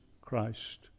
Christ